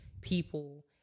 people